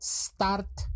start